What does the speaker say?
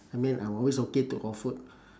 I mean I'm always okay to for food